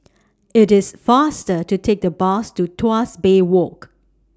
IT IS faster to Take The Bus to Tuas Bay Walk